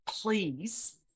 please